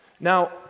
Now